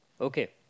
Okay